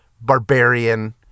barbarian